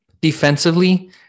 Defensively